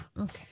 Okay